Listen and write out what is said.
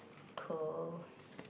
cool